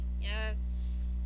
Yes